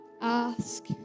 Ask